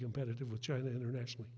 competitive with china internationally